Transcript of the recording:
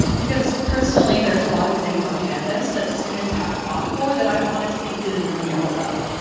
because personally, there's a lot of things on campus that students have fought for, that i honestly didn't really know about.